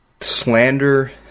slander